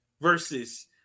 versus